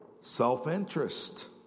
self-interest